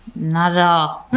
not at all.